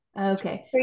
okay